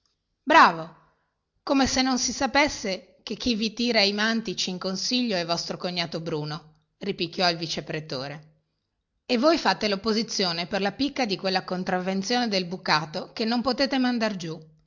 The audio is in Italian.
bravo come se non si sapesse che chi vi tira i mantici in consiglio è vostro cognato bruno ripicchiò il vice pretore e voi fate lopposizione per la picca di quella contravvenzione del bucato che non potete mandar giù